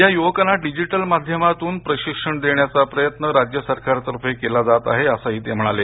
या युवकांना डिजिटल माध्यमातून प्रशिक्षण देण्याचा प्रयत्न राज्य सरकारतर्फे केला जात आहे असंही ते म्हणाले